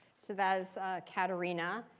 so that is kateryna.